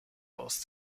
aus